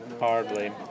Hardly